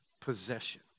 possession